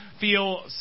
feel